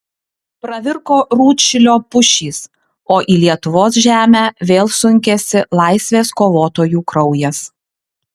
pravirko rūdšilio pušys o į lietuvos žemę vėl sunkėsi laisvės kovotojų kraujas